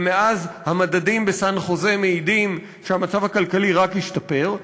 ומאז המדדים בסן-חוזה מעידים שהמצב הכלכלי רק השתפר,